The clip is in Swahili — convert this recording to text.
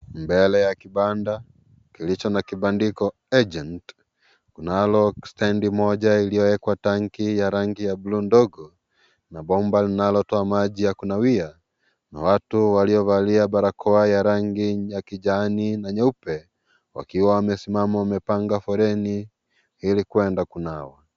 Mbele ya kibanda kilicho na kibandiko agent kunayo standi moji iliyowekwa tenki ya rangi ya buluu ndogo na bomba linalotoa maji ya kunawia na watu waliovalia barakoa ya rangi ya kijani na nyeupe wakiwa wamesimama wamepanga foleni hili kuenda kunawa.